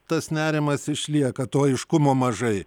tas nerimas išlieka to aiškumo mažai